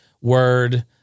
Word